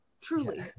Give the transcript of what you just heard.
truly